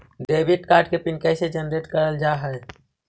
Debit card के PIN कैसे generate करल जाहै?